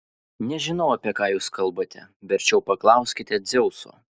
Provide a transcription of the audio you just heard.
nežinau apie ką jūs kalbate verčiau paklauskite dzeuso